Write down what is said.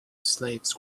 slaves